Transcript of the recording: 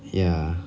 ya